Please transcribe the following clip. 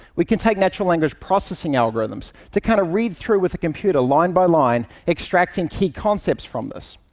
we can take natural language processing algorithms to kind of read through with a computer, line by line, extracting key concepts from this.